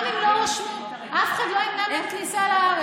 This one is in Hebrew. גם אם לא רשמו, אף אחד לא ימנע מהם כניסה לארץ.